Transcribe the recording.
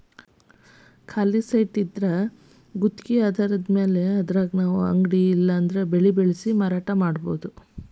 ಖಾಲಿ ಸೈಟಿದ್ರಾ ಗುತ್ಗಿ ಆಧಾರದ್ಮ್ಯಾಲೆ ಅದ್ರಾಗ್ ನಾವು ಅಂಗಡಿ ಇಲ್ಲಾ ಬೆಳೆ ಬೆಳ್ಸಿ ಮಾರಾಟಾ ಮಾಡ್ಬೊದು